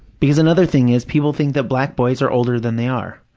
because another thing is, people think that black boys are older than they are.